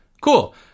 Cool